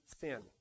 sin